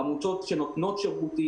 עמותות שנותנות שירותים,